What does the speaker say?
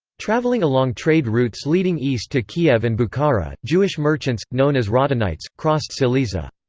travelling along trade routes leading east to kiev and bukhara, jewish merchants, known as radhanites, crossed silesia.